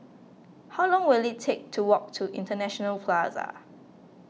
how long will it take to walk to International Plaza